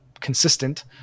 consistent